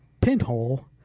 pinhole